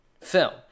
film